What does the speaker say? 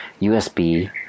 USB